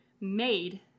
made